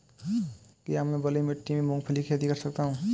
क्या मैं बलुई मिट्टी में मूंगफली की खेती कर सकता हूँ?